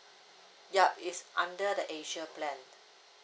yup it's under the asia plan